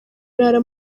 arara